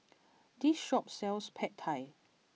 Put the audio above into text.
this shop sells Pad Thai